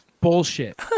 Bullshit